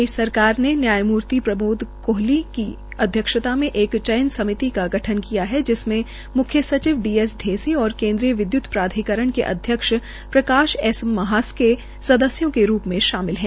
प्रदेश सरकार ने न्यायमर्ति प्रमोद कोहली की अध्यक्षता में एक चयन समिति का गठन किया है जिसमें मुख्य सचिव डी एस ढेसी और केन्द्रीय विद्य्त प्राधिकरण के अध्यक्षप्रकाश एक म्हासके सदस्यों के रूप में शामिल है